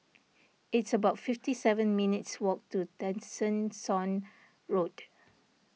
it's about fifty seven minutes' walk to Tessensohn Road